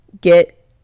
get